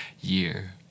year